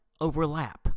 overlap